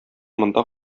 монда